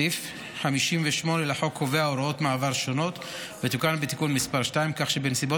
סעיף 58 לחוק קובע הוראות מעבר שונות ותוקן בתיקון מס' 2 כך שבנסיבות